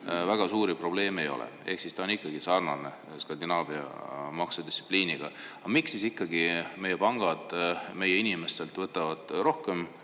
väga suuri probleeme ei ole. Ehk siis ta on sarnane Skandinaavia maksedistsipliiniga. Aga miks siis ikkagi meie pangad meie inimestelt võtavad rohkem